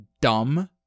dumb